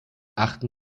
achten